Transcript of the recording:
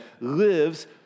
lives